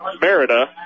Merida